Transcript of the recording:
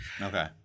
Okay